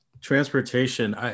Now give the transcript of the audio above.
transportation